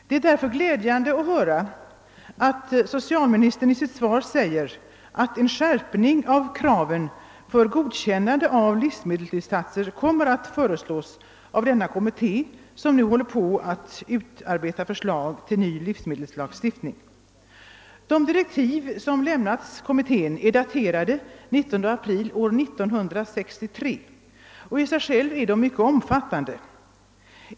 Det är därför glädjande att socialministern i sitt svar framhåller, att en skärpning av kraven för godkännande av livsmedelstillsatser kommer att föreslås av den kommitté som nu håller på att utarbeta förslag till ny livsmedelslagstiftning. De direktiv som lämnats kommittén är daterade den 19 april 1963 och är i sig själva mycket omfattande.